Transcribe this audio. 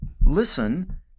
Listen